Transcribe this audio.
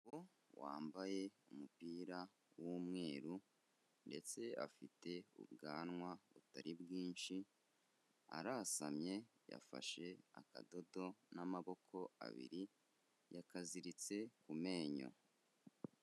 Umugabo wambaye umupira w'umweru ndetse afite ubwanwa butari bwinshi, arasamye yafashe akadodo n'amaboko abiri yakaziritse ku menyo.